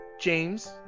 James